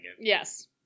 Yes